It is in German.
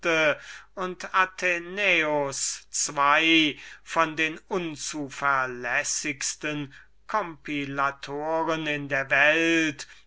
und athenäus zween von den unzuverlässigsten kompilatoren in der welt